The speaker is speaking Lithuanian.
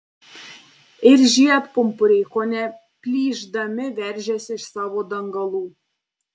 ir žiedpumpuriai kone plyšdami veržėsi iš savo dangalų